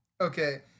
Okay